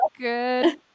good